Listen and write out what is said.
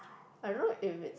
I don't know if it's